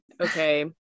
Okay